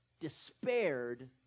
despaired